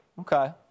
Okay